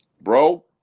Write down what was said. Bro